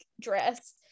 dress